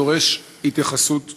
הדורש התייחסות מיידית.